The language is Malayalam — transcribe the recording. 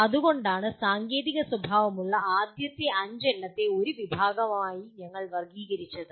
അതുകൊണ്ടാണ് സാങ്കേതിക സ്വഭാവമുള്ള ആദ്യത്തെ 5 എണ്ണത്തെ ഒരു വിഭാഗമായി ഞങ്ങൾ വർഗ്ഗീകരിച്ചത്